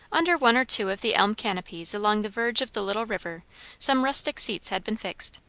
under one or two of the elm canopies along the verge of the little river some rustic seats had been fixed.